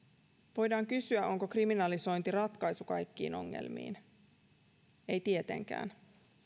voidaan kysyä onko kriminalisointi ratkaisu kaikkiin ongelmiin ei tietenkään